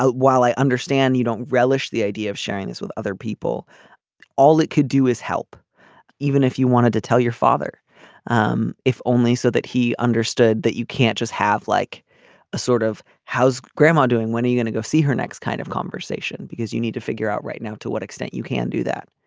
while i understand you don't relish the idea of sharing this with other people all it could do is help even if you wanted to tell your father um if only so that he understood that you can't just have like a sort of how's grandma doing when are you going to go see her next kind of conversation because you need to figure out right now to what extent you can do that.